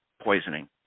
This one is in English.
poisoning